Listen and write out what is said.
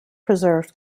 preserved